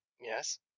yes